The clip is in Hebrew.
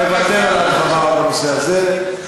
נוותר על הדגמה בנושא הזה,